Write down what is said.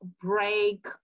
break